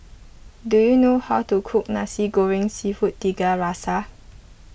do you know how to cook Nasi Goreng Seafood Tiga Rasa